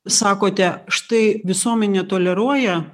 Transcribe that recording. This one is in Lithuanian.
sakote štai visuomenė toleruoja